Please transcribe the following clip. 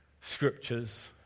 scriptures